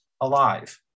alive